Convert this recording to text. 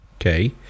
Okay